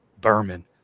Berman